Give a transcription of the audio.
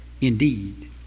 indeed